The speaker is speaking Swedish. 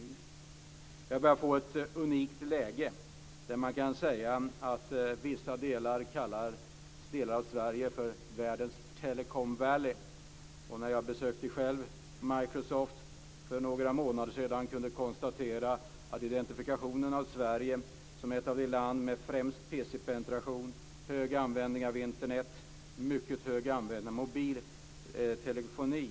Vi har börjat få ett unikt läge där man kan se att vissa kallar delar av Sverige för världens Telecom Valley. När jag själv besökte Microsoft för några månader sedan kunde jag konstatera identifikationen av Sverige som ett land med en PC-penetration bland de främsta, hög användning av Internet och mycket hög användning av mobil telefoni.